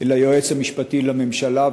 אל היועץ המשפטי לממשלה.